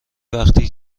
وقتی